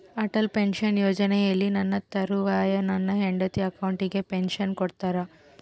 Atal pension ಯೋಜನೆಯಲ್ಲಿ ನನ್ನ ತರುವಾಯ ನನ್ನ ಹೆಂಡತಿ ಅಕೌಂಟಿಗೆ ಪೆನ್ಶನ್ ಕೊಡ್ತೇರಾ?